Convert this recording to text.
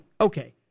okay